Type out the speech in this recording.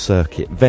Circuit